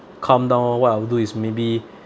calm down what I'll do is maybe